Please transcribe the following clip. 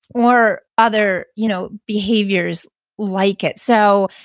or other you know behaviors like it. so